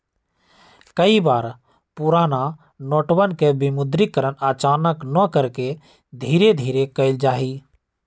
कई बार पुराना नोटवन के विमुद्रीकरण अचानक न करके धीरे धीरे कइल जाहई